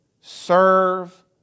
serve